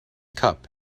cup